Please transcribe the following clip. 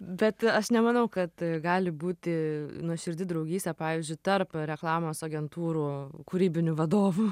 bet aš nemanau kad gali būti nuoširdi draugystė pavyzdžiui tarp reklamos agentūrų kūrybinių vadovų